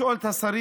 לשאול את השרים,